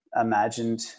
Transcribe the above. imagined